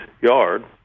yard